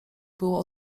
było